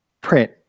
print